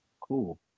Cool